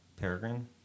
peregrine